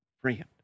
friend